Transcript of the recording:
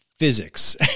physics